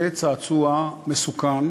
זה צעצוע מסוכן,